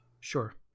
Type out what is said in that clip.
sure